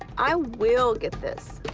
i will get this.